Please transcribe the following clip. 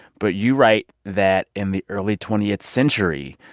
but you write that in the early twentieth century,